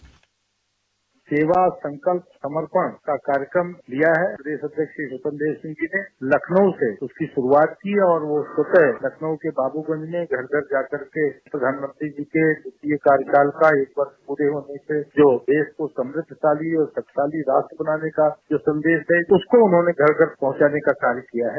bite सेवा संकल्प समर्पण का कार्यक्रम दिया है प्रदेश अध्यक्ष स्वतंत्र देव सिंह ने लखनऊ से उसकी शुरूआत की है और वह स्वतः लखनऊ के बाब्रगंज में घर घर जाकर के प्रधानमंत्री जी के द्वितीय कार्यकाल का एक वर्ष पूरे होने पर जो देश को समृद्धिशाली और शक्तिशाली राष्ट्र बनाने का जो संदेश है उसको उन्होंने घर घर पहुंचाने का कार्य किया है